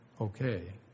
okay